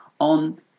on